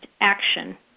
action